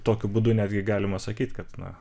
tokiu būdu netgi galima sakyt kad na